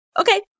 Okay